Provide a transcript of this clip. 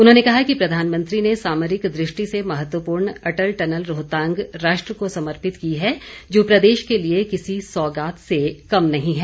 उन्होंने कहा कि प्रधानमंत्री ने सामरिक दृष्टि से महत्वपूर्ण अटल टनल रोहतांग राष्ट्र को समर्पित की है जो प्रदेश के लिए किसी सौगात से कम नहीं है